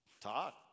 Talk